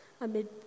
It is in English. amid